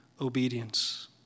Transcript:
obedience